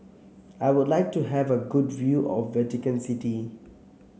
I would like to have a good view of Vatican City